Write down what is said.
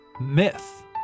Myth